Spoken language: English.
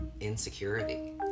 insecurity